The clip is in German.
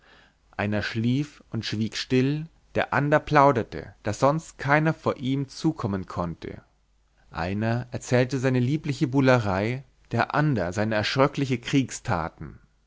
einer schlief und schwieg still der ander plauderte daß sonst keiner vor ihm zukommen konnte einer erzählte seine liebliche buhlerei der ander seine